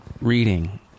reading